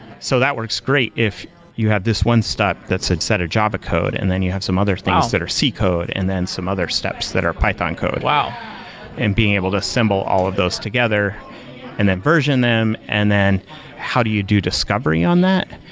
so that works great if you have this one step that's it set a java code and then you have some other things that are c code and then some other steps that are python code wow being able to assemble all of those together and then version them and then how do you do discovery on that?